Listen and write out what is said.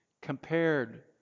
compared